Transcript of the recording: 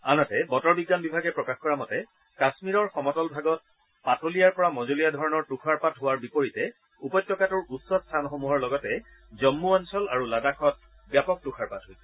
আনহাতে বতৰ বিজ্ঞান বিভাগে প্ৰকাশ কৰা মতে কাশ্মীৰৰ সমতল ভাগত পাতলীয়াৰ পৰা মজলীয়া ধৰণৰ তুষাৰপাত হোৱাৰ বিপৰীতে উপত্যকাটোৰ উচ্চ স্থানসমূহৰ লগতে জন্মু অঞ্চল আৰু লাডাখত ব্যাপক তুষাৰপাত হৈছে